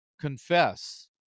confess